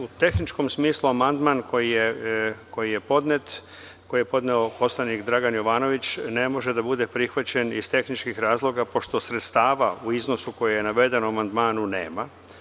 U tehničkom smislu, amandman koji je podneo poslanik Dragan Jovanović ne može da bude prihvaćen iz tehničkih razloga, pošto sredstava u iznosu koji je naveden u amandmanu nema.